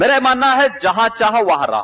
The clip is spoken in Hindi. मेरा मानना है कि जहां चाह वहां राह